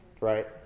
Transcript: right